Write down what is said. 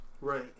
Right